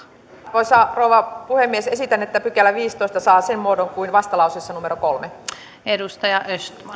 arvoisa rouva puhemies esitän että viidestoista pykälä saa sen muodon kuin on vastalauseessa kolme